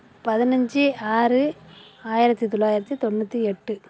பதினைஞ்சி ஆறு ஆயிரத்து தொள்ளாயிரத்தி தொண்ணூற்றி எட்டு